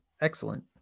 Excellent